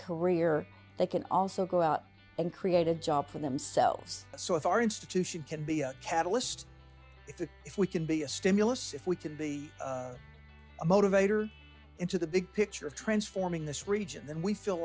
career they can also go out and create a job for themselves so if our institution can be a catalyst if the if we can be a stimulus if we can be a motivator into the big picture of transforming this region then we feel